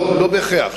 לא בהכרח.